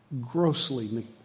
grossly